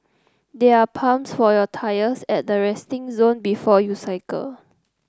there are pumps for your tyres at the resting zone before you cycle